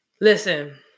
Listen